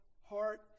heart